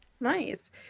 nice